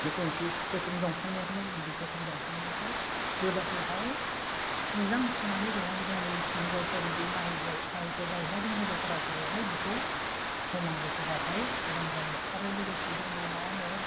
बेथ' जि गोसोम दंफांनियासो मोजां दायो गोसोम दंफांनिखौ रोदाखौहाय सुज्रां सुनानै देनानै जोंनि हिन्जावफोर बे माहिदे माहिदे जायो ना जों हिन्जावफोरा बेवहाय बेखौ होनांगौ होबाथाय मोजां जायो आरो लोगोसे दंबावो मा होनो